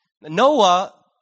Noah